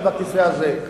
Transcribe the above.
ובכיסא הזה.